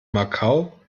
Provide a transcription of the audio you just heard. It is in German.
macau